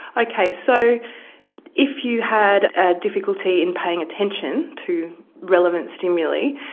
okay, so if you had a difficulty in paying attention to relevant stimuli,